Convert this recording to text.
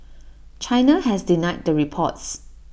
China has denied the reports